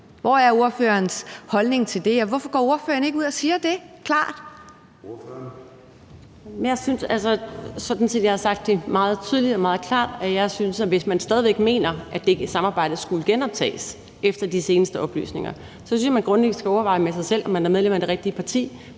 set, at jeg har sagt det meget tydeligt og meget klart. Jeg synes, at hvis man stadig væk mener, at det samarbejde skulle genoptages efter de seneste oplysninger, skal man grundlæggende overveje med sig selv, om man er medlem af det rigtige parti,